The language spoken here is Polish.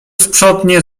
sprzątnie